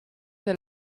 the